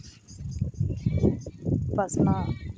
ᱯᱟᱥᱱᱟᱜ ᱛᱷᱚᱲᱟ